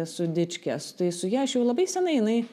su dičkė su tai su ja aš jau labai senai jinai